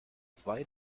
zwei